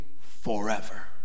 forever